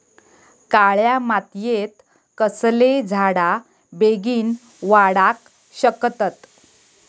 काळ्या मातयेत कसले झाडा बेगीन वाडाक शकतत?